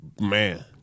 man